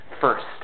first